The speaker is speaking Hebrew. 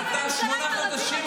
שמונה חודשים,